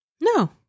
No